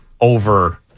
over